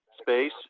space